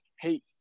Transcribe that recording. hate